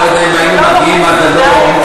אני לא יודע אם היינו מגיעים עד הלום.